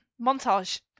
Montage